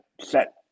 set